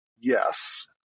Yes